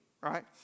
right